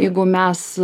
jeigu mes